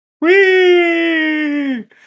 Wee